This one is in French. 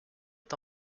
est